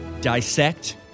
dissect